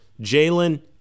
Jalen